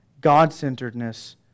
God-centeredness